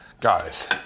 Guys